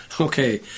Okay